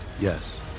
Yes